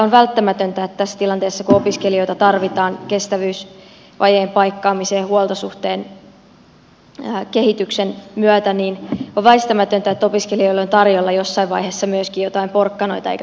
on välttämätöntä että tässä tilanteessa kun opiskelijoita tarvitaan kestävyysvajeen paikkaamiseen huoltosuhteen kehityksen myötä opiskelijoille on tarjolla jossain vaiheessa myöskin joitakin porkkanoita eikä